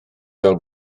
fel